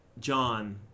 John